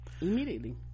Immediately